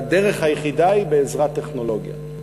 והדרך היחידה היא בעזרת טכנולוגיה.